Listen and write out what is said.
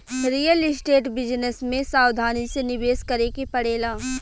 real estate business में सावधानी से निवेश करे के पड़ेला